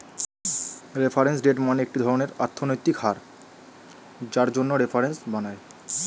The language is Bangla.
রেফারেন্স রেট মানে একটি ধরনের অর্থনৈতিক হার যার জন্য রেফারেন্স বানায়